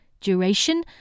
Duration